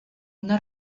una